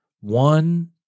One